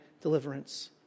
deliverance